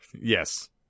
Yes